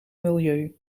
milieu